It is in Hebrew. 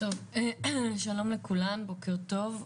שלום לכולם, בוקר טוב.